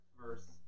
verse